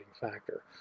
factor